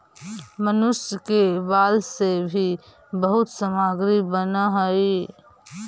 मनुष्य के बाल से भी बहुत सामग्री बनऽ हई